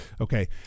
Okay